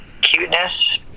cuteness